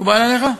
מקובל עליך?